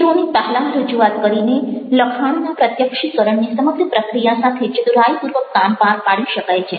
ચિત્રોની પહેલાં રજૂઆત કરીને લખાણના પ્રત્યક્ષીકરણની સમગ્ર પ્રક્રિયા સાથે ચતુરાઈપૂર્વક કામ પાર પાડી શકાય છે